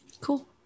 cool